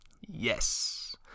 Yes